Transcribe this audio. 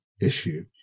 issue